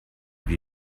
wir